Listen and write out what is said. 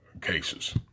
cases